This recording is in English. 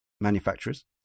manufacturers